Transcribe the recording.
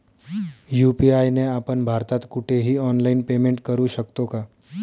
UPI ने आपण भारतात कुठेही ऑनलाईन पेमेंट करु शकतो का?